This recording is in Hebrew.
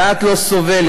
הדעת אינה סובלת